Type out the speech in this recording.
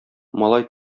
малай